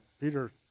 Peter